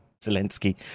Zelensky